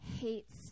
hates